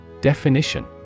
Definition